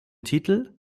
titel